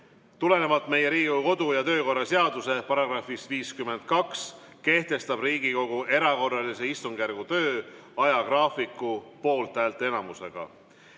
Tulenevalt meie Riigikogu kodu- ja töökorra seaduse §-st 52 kehtestab Riigikogu erakorralise istungjärgu töö ajagraafiku poolthäälteenamusega.